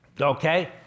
okay